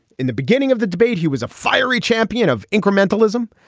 in the beginning of the debate he was a fiery champion of incrementalism.